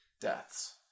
deaths